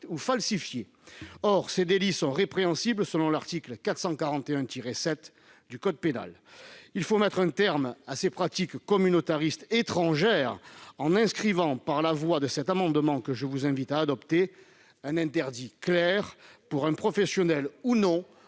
ou falsifié. Or ces délits sont répréhensibles, aux termes de l'article 441-7 du code pénal. Il faut mettre un terme à ces pratiques communautaristes étrangères en inscrivant, par la voie de cet amendement que je vous invite à adopter, un interdit clair, pour un professionnel ou un